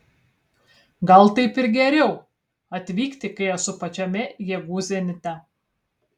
gal taip ir geriau atvykti kai esu pačiame jėgų zenite